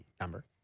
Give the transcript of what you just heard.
number